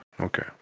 Okay